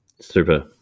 Super